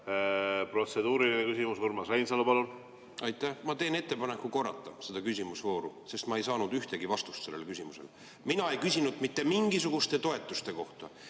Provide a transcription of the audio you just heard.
Protseduuriline küsimus. Urmas Reinsalu, palun! Aitäh! Ma teen ettepaneku korrata seda küsimisvooru, sest ma ei saanud ühtegi vastust sellele küsimusele. Mina ei küsinud mitte mingisuguste toetuste kohta.